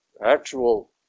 actual